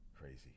crazy